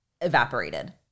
evaporated